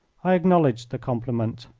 i acknowledged the compliment.